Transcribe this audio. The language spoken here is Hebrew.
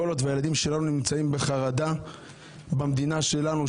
כל עוד שהילדים שלנו נמצאים בחרדה במדינה שלנו,